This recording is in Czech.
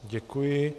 Děkuji.